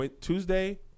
Tuesday